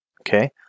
Okay